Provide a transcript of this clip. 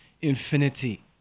infinity